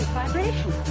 vibration